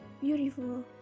beautiful